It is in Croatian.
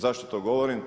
Zašto to govorim?